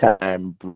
time